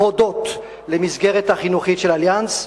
הודות למסגרת החינוכית של "אליאנס"